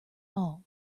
all